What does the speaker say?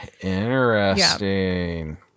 interesting